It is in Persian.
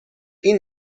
این